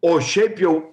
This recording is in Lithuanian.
o šiaip jau